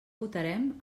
votarem